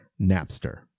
Napster